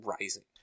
rising